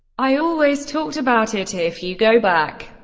i always talked about it, if you go back.